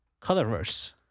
colorverse